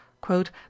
quote